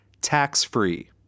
tax-free